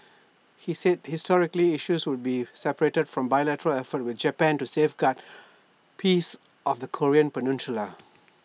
he said historical issues would be separated from bilateral efforts with Japan to safeguard peace of the Korean peninsula